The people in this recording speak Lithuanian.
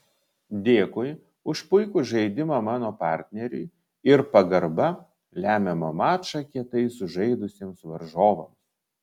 dėkui už puikų žaidimą mano partneriui ir pagarba lemiamą mačą kietai sužaidusiems varžovams